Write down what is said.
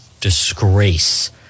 disgrace